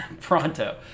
Pronto